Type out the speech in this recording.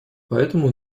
поэтому